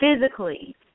physically